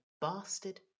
bastard